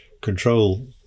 control